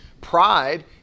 pride